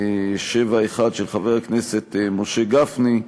של חבר הכנסת משה גפני,